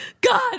God